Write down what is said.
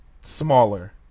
smaller